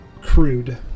crude